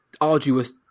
arduous